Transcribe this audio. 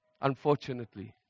unfortunately